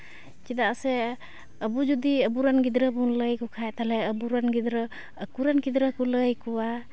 ᱪᱮᱫᱟᱜ ᱥᱮ ᱟᱵᱚ ᱡᱩᱫᱤ ᱟᱵᱚᱨᱮᱱ ᱜᱤᱫᱽᱨᱟᱹ ᱵᱚᱱ ᱞᱟᱹᱭᱟᱠᱚ ᱠᱷᱟᱱ ᱛᱟᱦᱚᱞᱮ ᱟᱵᱚᱨᱮᱱ ᱜᱤᱫᱽᱨᱟᱹ ᱟᱠᱚᱨᱮᱱ ᱜᱤᱫᱽᱨᱟᱹ ᱠᱚ ᱞᱟᱹᱭ ᱟᱠᱚᱣᱟ